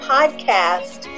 Podcast